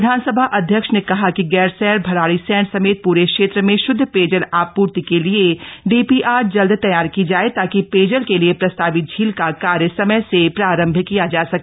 विधानसभा अध्यक्ष ने कहा कि गैरसैंण भराड़ीसैंण समेत पूरे क्षेत्र में शुद्ध पेयजल आपूर्ति के लिए डीपीआर जल्द तैयार की जाए ताकि पेयजल के लिए प्रस्तावित झील का कार्य समय से प्रारंभ किया जा सके